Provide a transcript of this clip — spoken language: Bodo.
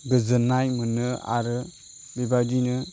गोजोन्नाय मोनो आरो बेबादिनो